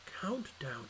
countdown